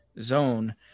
zone